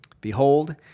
Behold